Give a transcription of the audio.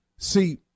See